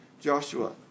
Joshua